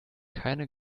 keine